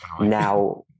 now